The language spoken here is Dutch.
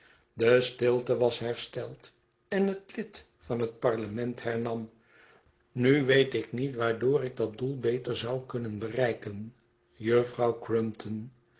de stilte was hersteld en het lid van het parlement hernam nu weet ik niet waardoor ik dat doel beter zou kunnen bereiken juffrouw